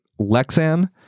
Lexan